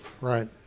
Right